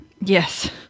Yes